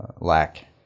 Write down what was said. lack